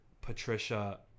Patricia